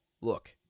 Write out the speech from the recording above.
look